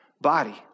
body